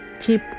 keep